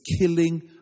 killing